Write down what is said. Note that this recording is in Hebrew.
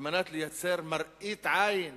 כדי לייצר מראית עין